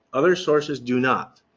other sources do not.